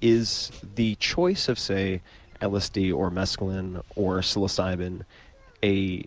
is the choice of say lsd or mescaline or psilocybin a